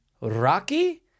rocky